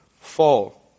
fall